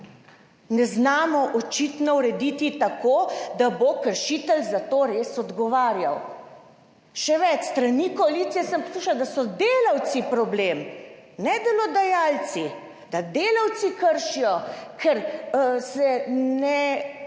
ne znamo očitno urediti tako, da bo kršitelj za to res odgovarjal. Še več, s strani koalicije sem poslušala, da so delavci problem, ne delodajalci, da delavci kršijo, ker se ne